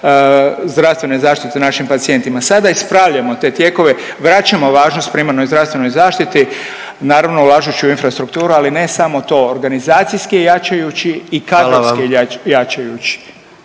zdravstvene zaštite našim pacijentima. Sada ispravljamo te tijekove, vraćamo važnost primarnoj zdravstvenoj zaštiti, naravno, ulažući u infrastrukturu, ali ne samo to, organizacijski je jačajući